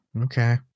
Okay